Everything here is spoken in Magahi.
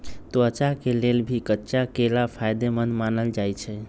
त्वचा के लेल भी कच्चा केला फायेदेमंद मानल जाई छई